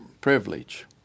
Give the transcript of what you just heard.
privilege